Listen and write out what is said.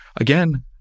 again